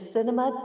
Cinema